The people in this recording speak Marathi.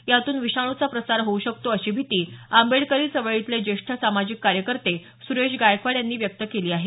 यातून विषाणूचा प्रसार होऊ शकतो अशी भीती आंबेडकरी चळवळीतले ज्येष्ठ सामाजिक कार्यकर्ते सुरेश गायकवाड यांनी व्यक्त केली आहे